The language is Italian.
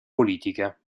politica